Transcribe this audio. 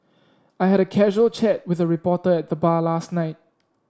I had a casual chat with a reporter at the bar last night